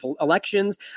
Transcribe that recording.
elections